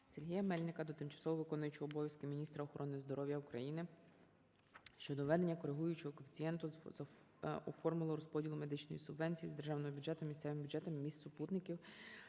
Сергія Мельника до тимчасово виконуючої обов'язки міністра охорони здоров'я України щодо введеннякоригуючого коефіцієнту у формулу розподілу медичної субвенції з державного бюджету місцевим бюджетам міст-супутників